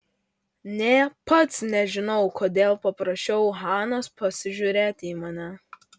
nė pats nežinau kodėl paprašiau hanos pasižiūrėti į mane